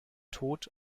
tod